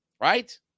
right